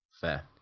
Fair